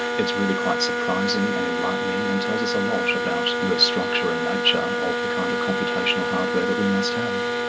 it's really quite surprising and enlightening and tells us a lot about the structure and nature of the kind of computational hardware that we must have.